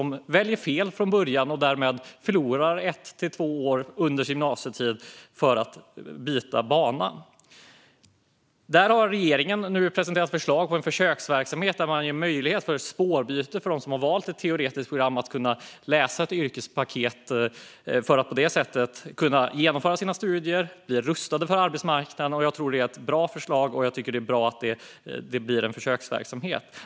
Många elever väljer fel från början och förlorar därmed ett till två år under sin gymnasietid för att de byter bana. Regeringen har nu presenterat förslag om försöksverksamhet där man ger möjlighet till spårbyte för dem som har valt ett teoretiskt program så att de kan läsa ett yrkespaket och på det sättet genomföra sina studier och bli rustade för arbetsmarknaden. Jag tror att det är ett bra förslag, och jag tycker att det är bra att det blir en försöksverksamhet.